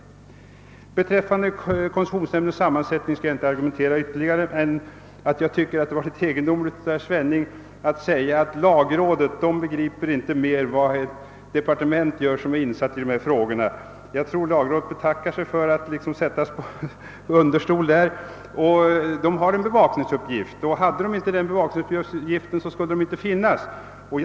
Beträffande koncessionsnämndens sammansättning skall jag inte argumentera ytterligare. Herr Svenning sade att lagrådet inte begriper mera än ett departement gör som är insatt i dessa frågor. Jag tror att lagrådet betackar sig för att på det viset sättas på understol, för det är på grund av sin bevakningsuppgift som lagrådet finns till.